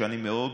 שאני מאוד